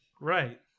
Right